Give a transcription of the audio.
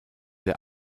der